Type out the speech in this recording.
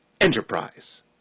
enterprise